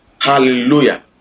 Hallelujah